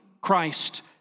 Christ